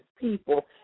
people